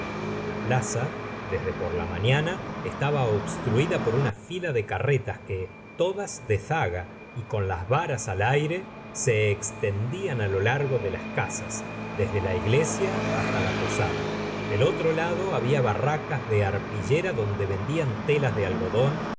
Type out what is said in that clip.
la plaza desde por la mafiana estaba obstruida por una fila de carretas que todas de zaga y con las varas al aire se extendían lo largo de las casas desde la iglesia hasta la posada del otro lado había barracas de arpillera donde vendían telas de algodón